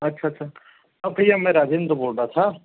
अच्छा अच्छा हाँ भैया मैं राजेन्द्र बोल रहा था